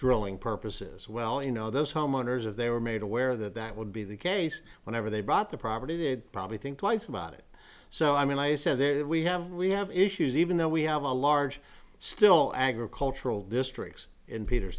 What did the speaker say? drilling purposes well you know those homeowners if they were made aware that that would be the case whenever they bought the property they'd probably think twice about it so i mean i say that we have we have issues even though we have a large still agricultural districts in peter